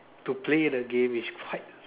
to play the game which quite